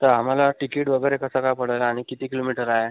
तर आम्हाला टिकीट वगैरे कसं काय पडेल आणि किती किलोमीटर आहे